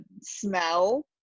smell